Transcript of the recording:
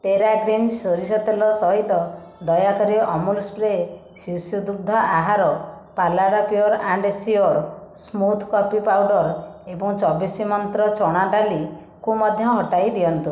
ଟେରା Greens ସୋରିଷ ତେଲ ସହିତ ଦୟାକରି ଅମୁଲ ସ୍ପ୍ରେ ଶିଶୁ ଦୁଗ୍ଧ ଆହାର Phalada pure and sure smooth coffee powder ଏବଂ ଚବିଶ ମନ୍ତ୍ର ଚଣା ଡାଲି କୁ ମଧ୍ୟ ହଟାଇ ଦିଅନ୍ତୁ